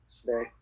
today